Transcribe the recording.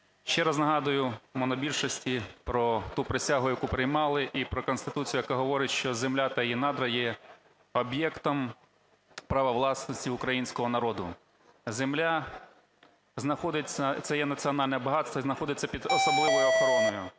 Ще раз нагадую монобільшості про ту присягу, яку приймали, і про Конституцію, яка говорить, що земля та її надра є об'єктом права власності українського народу. Земля знаходиться… це є національне багатство і знаходиться під особливою охороною.